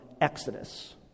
Exodus